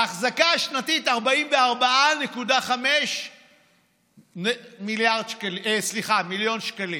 האחזקה השנתית, 44.5 מיליון שקלים.